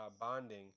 bonding